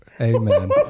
Amen